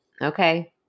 okay